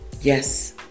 Yes